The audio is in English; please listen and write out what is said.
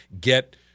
get